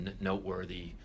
noteworthy